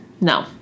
No